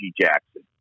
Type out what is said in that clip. Jackson